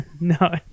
No